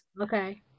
Okay